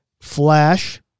Flash